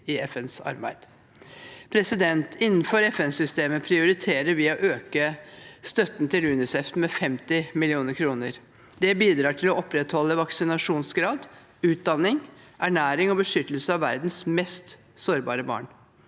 til FNs arbeid. Innenfor FN-systemet prioriterer vi å øke støtten til UNICEF med 50 mill. kr. Det bidrar til å opprettholde vaksinasjonsgrad, utdanning, ernæring og beskyttelse av verdens mest sårbare barn.